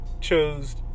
chose